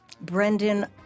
Brendan